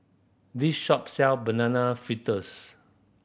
this shop sell banana fitters